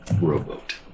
rowboat